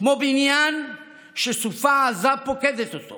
כמו בניין שסופה עזה פוקדת אותו